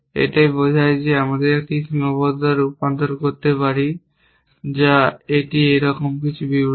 এটি বোঝায় যে আমরা একটি সীমাবদ্ধতায় রূপান্তর করতে পারি যা এটি একরকম বিবৃতি